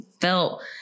felt